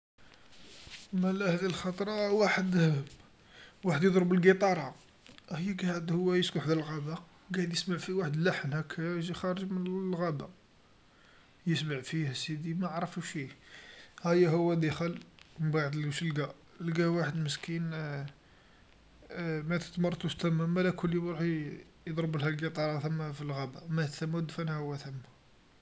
مالا هاذي الخطرا واحد، واحد يضرب القيطارا، أيا هو قاعد يسكن حدا الغابه، قعد يسمع في وحد اللحن هاكا جا خارج مالغابه، يسمع فيه سيدي معرفش فيه أيا هو دخل مبعد واش لقى، لقى واحد مسكين ماتت مرتو ثما مالا كل اليوم يروح يضربلها القيطارا ثما في الغابه، ماتت ثما و دفنها هو ثما.